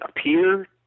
appear